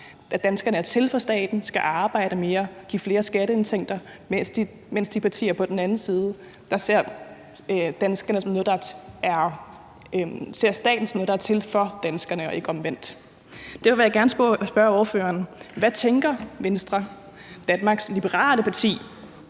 at danskerne er til for staten, skal arbejde mere og give flere skatteindtægter, mens partier på den anden side ser staten som noget, der er til for danskerne, og ikke omvendt. Derfor vil jeg gerne spørge ordføreren: Hvad tænker Venstre, Danmarks Liberale Parti,